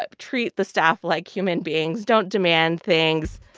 ah treat the staff like human beings. don't demand things.